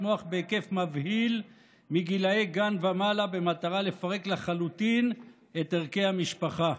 מוח בהיקף מבהיל מגילאי גן ומעלה במטרה לפרק לחלוטין את ערכי המשפחה,